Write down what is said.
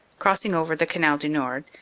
crossing over the canal du nord,